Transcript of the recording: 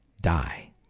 die